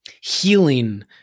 healing